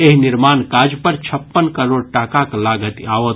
एहि निर्माण काज पर छप्पन करोड़ टाकाक लागति आओत